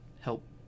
help